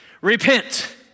Repent